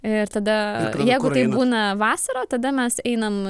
ir tada jeigu tai būna vasarą tada mes einam